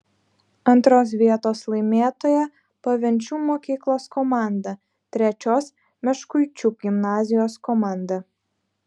antros vietos laimėtoja pavenčių mokyklos komanda trečios meškuičių gimnazijos komanda